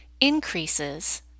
increases